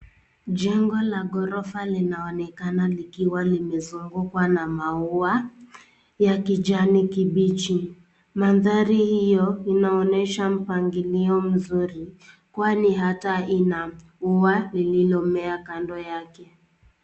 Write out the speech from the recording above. Jengo la gorofa linaonekana likiwa limezungukwa na maua ya kijani kibichi. Mandhari hiyo inaonesha mpangilio mzuri, kwani hata ina ua lililomea kando yake.